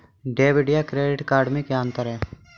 Debit या credit card में क्या अन्तर है?